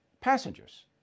passengers